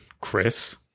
Chris